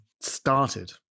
started